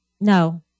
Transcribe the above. No